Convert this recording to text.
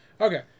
Okay